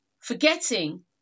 Forgetting